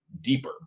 deeper